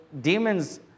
demons